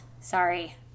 sorry